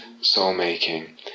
soul-making